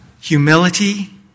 humility